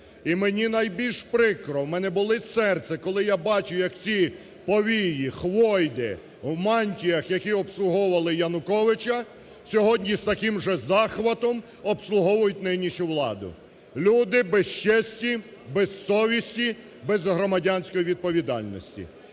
І мені найбільш прикро, в мене болить серце, коли я бачу як ці повії, хвойди в мантіях, які обслуговували Януковича, сьогодні з таким же захватом обслуговують нинішню владу. Люди без честі, без совісті, без громадянської відповідальності